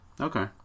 Okay